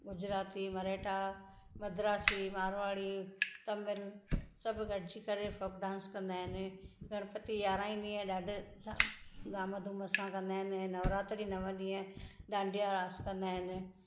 गुजराती मरेठा मद्रासी मारवाड़ी तमिल सभु गॾिजी करे फोक डान्स कन्दा आहिनि गणपति यारहां ई ॾींह ॾाढे सां धाम धूम सां कन्दा आहिनि नवरात्री नव ॾींह डान्डीया रास कन्दा आहिनि